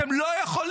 אתם לא יכולים.